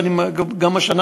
וגם השנה,